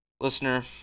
Listener